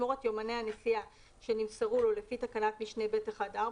ישמור את יומני הנסיעה שנמסרו לו לפי תקנת משנה (ב1)(4)